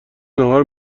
ناهار